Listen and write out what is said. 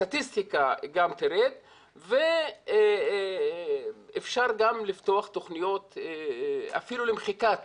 הסטטיסטיקה תרד ואפשר גם לפתוח תוכניות אפילו למחיקת